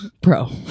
Bro